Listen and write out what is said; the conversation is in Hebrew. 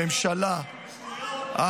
הממשלה -- אם הם לא היו עסוקים בשטויות